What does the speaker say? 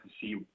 see